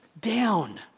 down